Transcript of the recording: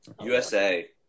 USA